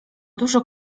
dużo